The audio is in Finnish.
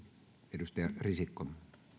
arvoisa puhemies